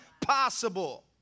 possible